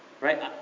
right